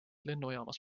lennujaamas